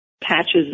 patches